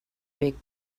big